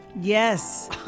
Yes